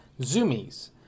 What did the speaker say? zoomies